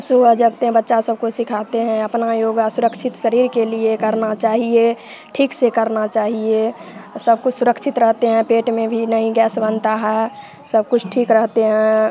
सुबह जगते हैं बच्चा सबको सिखाते हैं अपना योगा सुरक्षित शरीर के लिए करना चाहिए ठीक से करना चाहिए सब कोई सुरक्षित रहते हैं पेट में भी नहीं गैस बनता है सब कुछ ठीक रहते हैं